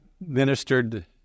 ministered